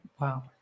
Wow